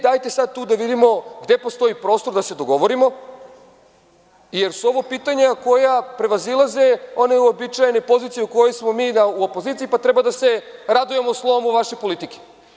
Dajte sada tu da vidimo gde postoji prostor da se dogovorimo jer su ovo pitanja koja prevazilaze ono uobičajene pozicije u kojoj smo mi u opoziciji pa treba da se radujemo slomu vaše politike.